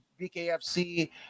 BKFC